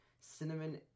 cinnamon